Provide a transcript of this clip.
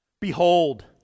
Behold